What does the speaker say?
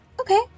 Okay